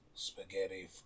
spaghetti